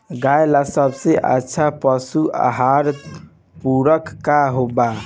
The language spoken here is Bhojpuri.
गाय ला सबसे अच्छा पशु आहार पूरक का बा?